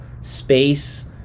space